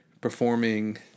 performing